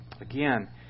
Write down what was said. Again